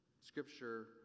Scripture